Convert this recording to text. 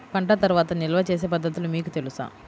పంట తర్వాత నిల్వ చేసే పద్ధతులు మీకు తెలుసా?